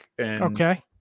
Okay